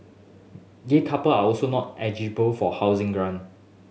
gay couple are also not eligible for housing grant